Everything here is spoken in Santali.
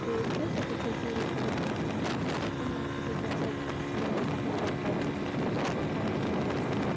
ᱯᱷᱤᱨ ᱡᱚᱛᱚ ᱠᱤᱪᱷᱩ ᱪᱩᱲᱤ ᱯᱟᱜᱽᱨᱟ ᱢᱟᱞᱟ ᱚᱱᱟ ᱠᱚ ᱡᱚᱛᱚ ᱥᱮᱴ ᱢᱟᱱᱮ ᱛᱟᱦᱮᱸ ᱫᱚᱨᱠᱟᱨ ᱛᱤᱧ ᱚᱱᱠᱟᱱᱟᱜ ᱤᱧᱫᱚ ᱦᱚᱨᱚᱜ ᱥᱟᱱᱟᱧᱟ